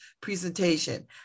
presentation